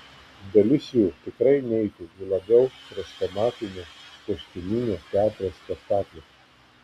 dalis jų tikrai neitų į labiau chrestomatinio kostiuminio teatro spektaklius